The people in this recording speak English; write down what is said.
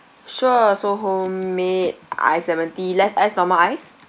sure so homemade ice lemon tea less ice normal ice